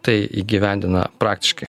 tai įgyvendina praktiškai